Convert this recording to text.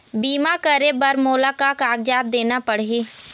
बीमा करे बर मोला का कागजात देना पड़ही?